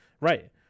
Right